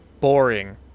boring